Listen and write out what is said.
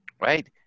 right